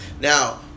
Now